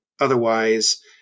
otherwise